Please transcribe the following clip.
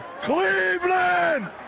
Cleveland